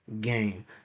game